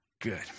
good